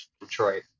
Detroit